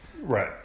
right